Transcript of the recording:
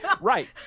Right